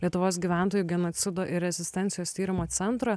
lietuvos gyventojų genocido ir rezistencijos tyrimo centro